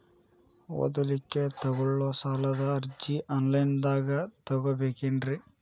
ಓದಲಿಕ್ಕೆ ತಗೊಳ್ಳೋ ಸಾಲದ ಅರ್ಜಿ ಆನ್ಲೈನ್ದಾಗ ತಗೊಬೇಕೇನ್ರಿ?